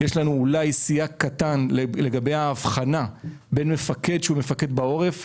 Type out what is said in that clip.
יש לנו סייג קטן לגבי ההבחנה בין מפקד שהוא מפקד בעורף,